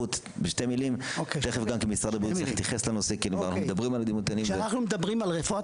בתי ספר שצריכים לייצר עוד מפס הייצור כי אנחנו לפני ריסוק.